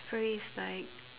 phrase like